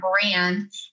brand